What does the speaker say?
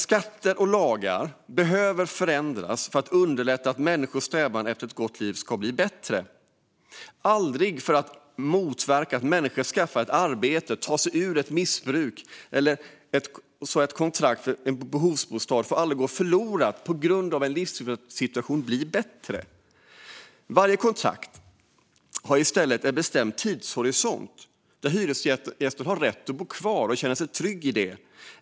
Skatter och lagar behöver förändras för att underlätta människors strävan efter ett gott liv, aldrig för att motverka att människor skaffar arbete eller tar sig ur ett missbruk. Ett kontrakt för en behovsbostad får aldrig gå förlorat på grund av att livssituationen blir bättre. Varje kontrakt har i stället en bestämd tidshorisont. Hyresgästen kan därmed känna sig trygg i sin rätt att bo kvar.